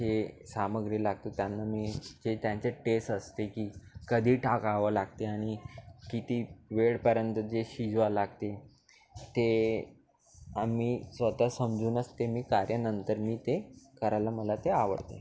हे सामग्री लागते त्यांना मी ते त्यांच्या टेस असते की कधी टाकावं लागते आणि किती वेळपर्यंत जे शिजवावं लागते ते आम्ही स्वतः समजूनच ते मी कार्य नंतर मी ते करायला मला ते आवडते